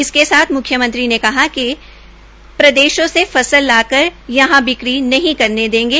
इसके साथ म्ख्यमंत्री ने कहा कि साथ वाले प्रदेशों से फसल लाकर यहां बिक्र नहीं करने देंगे